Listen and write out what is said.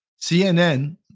CNN